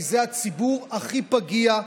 כי זה הציבור הכי פגיע,